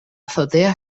azotea